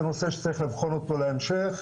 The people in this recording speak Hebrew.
זה נושא שצריך לבחון אותו בהמשך.